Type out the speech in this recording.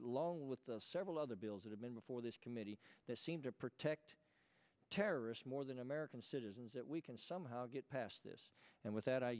long with the several other bills that have been before this committee that seem to protect terrorists more than american citizens that we can somehow get past this and with that i